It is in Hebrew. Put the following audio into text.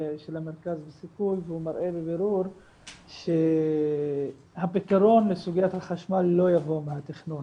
של מרכז סיכוי והוא מראה בבירור שהפתרון לסוגיית החשמל לא יבוא מהתכנון,